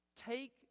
Take